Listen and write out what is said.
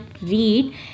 read